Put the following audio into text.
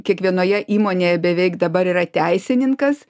kiekvienoje įmonėje beveik dabar yra teisininkas